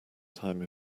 time